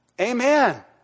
Amen